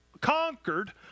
conquered